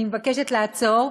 אני מבקשת לעצור.